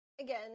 Again